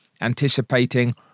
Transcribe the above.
anticipating